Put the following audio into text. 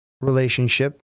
relationship